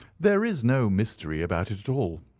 there is no mystery about it at all.